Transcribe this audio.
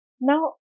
Now